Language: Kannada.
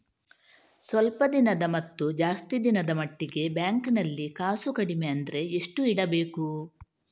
ಸ್ವಲ್ಪ ದಿನದ ಮತ್ತು ಜಾಸ್ತಿ ದಿನದ ಮಟ್ಟಿಗೆ ಬ್ಯಾಂಕ್ ನಲ್ಲಿ ಕಾಸು ಕಡಿಮೆ ಅಂದ್ರೆ ಎಷ್ಟು ಇಡಬೇಕು?